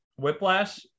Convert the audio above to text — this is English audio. whiplash